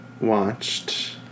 watched